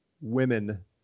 women